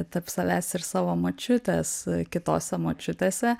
tarp savęs ir savo močiutės kitose močiutėse